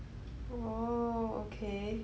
oh okay